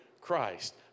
Christ